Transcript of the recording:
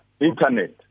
Internet